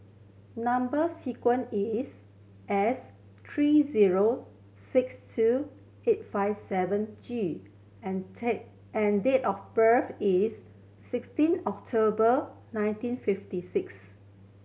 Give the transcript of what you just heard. number sequence is S three zero six two eight five seven G and and date of birth is sixteen October nineteen fifty six